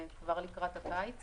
כבר לקראת הקיץ